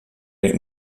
ate